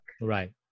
Right